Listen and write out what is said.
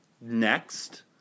next